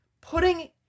putting